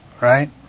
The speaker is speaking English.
Right